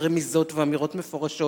ורמיזות ואמירות מפורשות